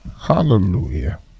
hallelujah